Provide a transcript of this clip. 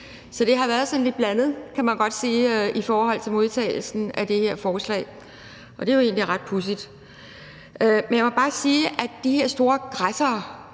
Så det har været sådan lidt blandet, kan man godt sige, i forhold til modtagelsen af det her forslag, og det er jo egentlig ret pudsigt. Jeg må bare sige, at de her store græssere